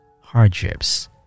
hardships